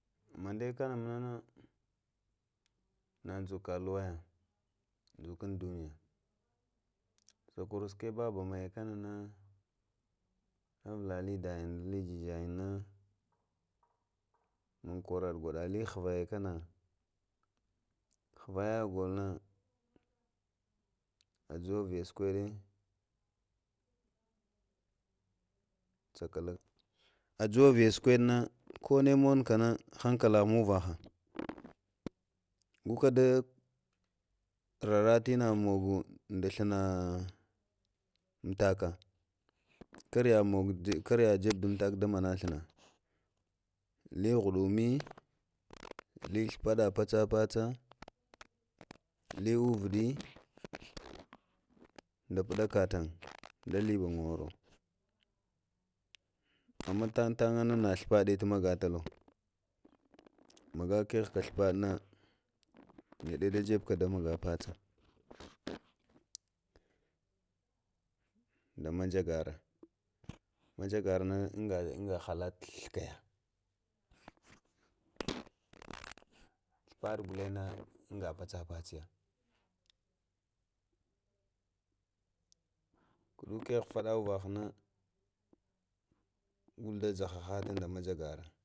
Məndəyə kənə munənə, nə dzukə luweyə zəlgun duniya, səkuro səkwal bəməyə kənənə, əvələli dəyin dəli gəgayin na, mun kwərəɗə lə ghvə yə kənə ghvəyə golonə həjuwə vaya saƙuɗe komi munakənə hankələhə muvəha gokə də rərə tə innə mogo də ghlənə uəŋtəkə kərə kərə jaɓe dume uəŋtaka innə ghləna lə ghuɗumi, le thləpəɗa pəcəpə-cə li wəcuɗe də puɗəkə təŋ də le ɓangoro əmmə npaɗe nə thapəɗi to məgətəlo məgə keghəka thapəɗə nənə neɗi də gabka dəməgə pəca də ma ŋagərə, məjəgarə nə innə hələta ghlaha ya, thəpada gule ŋ nəjnə innə magətə pədpəcə yə kudun keke fada uvəhəhə gulŋ də jahəbətə da məngəkərə.